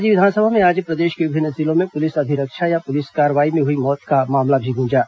राज्य विधानसभा में आज प्रदेश के विभिन्न जिलों में पुलिस अभिरक्षा या पुलिस कार्रवाई में हुई मौतों का मामला भी गूंजा